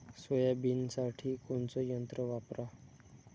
सोयाबीनसाठी कोनचं यंत्र वापरा?